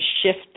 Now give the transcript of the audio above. shift